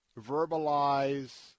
verbalize